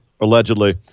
allegedly